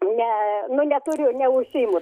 ne nu neturiu neužsiimu